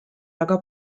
väga